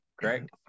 correct